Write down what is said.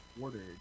ordered